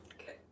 Okay